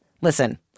Listen